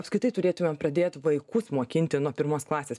apskritai turėtumėm pradėt vaikus mokinti nuo pirmos klasės